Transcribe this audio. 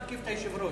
מתקיף את היושב-ראש.